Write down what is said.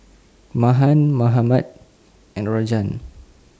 Mahan Mahatma and Rajan